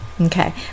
Okay